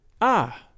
Ah